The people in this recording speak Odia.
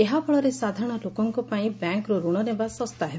ଏହାଫଳରେ ସାଧାରଣ ଲୋକଙ୍କ ପାଇଁ ବ୍ୟାଙ୍କ୍ରୁ ଋଣ ନେବା ଶସ୍ତା ହେବ